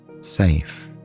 safe